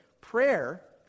Prayer